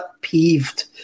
peeved